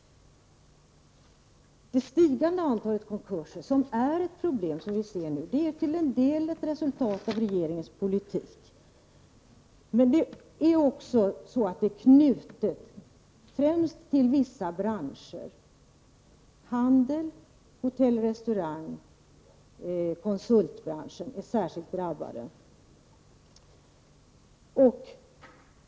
Det stigande antalet konkurser är ett problem. Det är till en del ett resultat av regeringens politik. Men det är främst knutet till vissa branscher — handel, hotelloch restaurang och konsultbranschen är särskilt drabbade.